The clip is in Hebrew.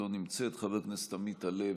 לא נמצאת, חבר הכנסת עמית הלוי,